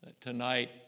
Tonight